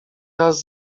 raz